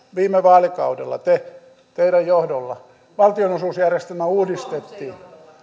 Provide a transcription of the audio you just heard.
viime vaalikaudella teidän johdollanne valtionosuusjärjestelmä uudistettiin